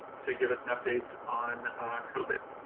to give us an update on covid.